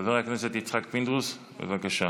חבר הכנסת יצחק פינדרוס, בבקשה.